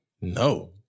No